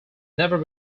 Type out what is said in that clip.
never